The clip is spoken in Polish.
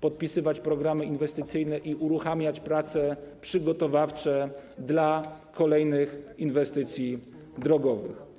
podpisywać programy inwestycyjne i uruchamiać prace przygotowawcze dla kolejnych inwestycji drogowych.